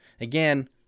Again